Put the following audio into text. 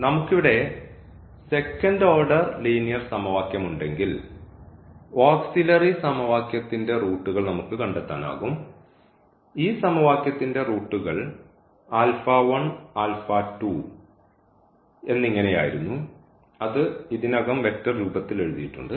നമുക്ക് ഇവിടെ second order linear സമവാക്യം ഉണ്ടെങ്കിൽ ഓക്സിലറി സമവാക്യത്തിന്റെ റൂട്ടുകൾ നമുക്ക് കണ്ടെത്താനാകും ഈ സമവാക്യത്തിന്റെ റൂട്ടുകൾ എന്നിങ്ങനെയായിരുന്നു അത് ഇതിനകം വെക്റ്റർ രൂപത്തിൽ എഴുതിയിട്ടുണ്ട്